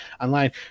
online